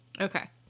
Okay